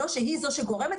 לא שהיא זו שגורמת,